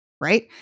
right